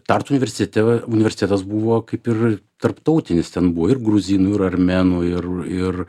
tartu universitete universitetas buvo kaip ir tarptautinis ten buvo ir gruzinų ir armėnų ir ir